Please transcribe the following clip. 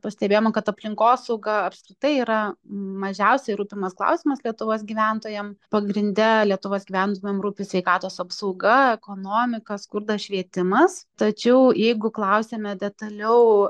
pastebėjome kad aplinkosauga apskritai yra mažiausiai rūpimas klausimas lietuvos gyventojam pagrinde lietuvos gyventojam rūpi sveikatos apsauga ekonomika skurdas švietimas tačiau jeigu klausiame detaliau